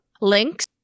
links